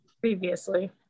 previously